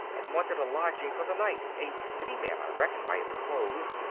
and wanted a lodging for the night a city man, i reckon, by his clothes.